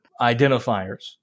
identifiers